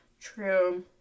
True